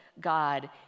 God